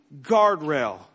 guardrail